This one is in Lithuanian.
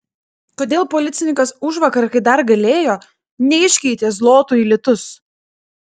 kodėl policininkas užvakar kai dar galėjo neiškeitė zlotų į litus